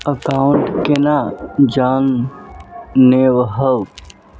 Account केना जाननेहव?